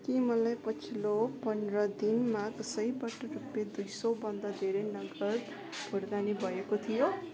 के मलाई पछिल्लो पन्ध्र दिनमा कसैबाट रुपियाँ दुई सौ भन्दा धेर नगद भुक्तानी भएको थियो